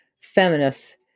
feminists